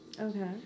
Okay